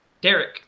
derek